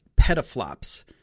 petaflops